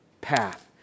path